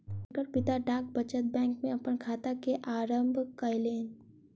हुनकर पिता डाक बचत बैंक में अपन खाता के आरम्भ कयलैन